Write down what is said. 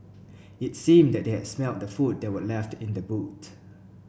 it seemed that they had smelt the food they were left in the boot